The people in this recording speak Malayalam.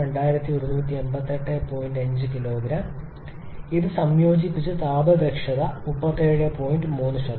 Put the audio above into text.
5 𝑘𝐽 ഇത് സംയോജിപ്പിച്ച് താപ ദക്ഷത ഇനിപ്പറയുന്നതായി വരും 37